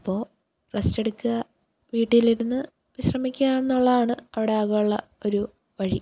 അപ്പോൾ റെസ്റ്റ് എടുക്കുക വീട്ടിൽ ഇരുന്ന് വിശ്രമിക്കുക എന്നുള്ളതാണ് അവിടെ ആകെയുള്ള ഒരു വഴി